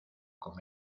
con